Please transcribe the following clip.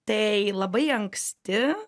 tai labai anksti